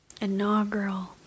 Inaugural